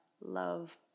love